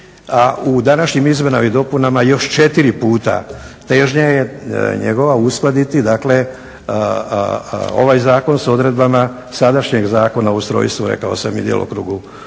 u današnjim izmjenama i do puni još 4 puta. Težnja je njegova uskladiti dakle ovaj zakon s odredbama sadašnjeg Zakona o ustrojstvu i djelokrugu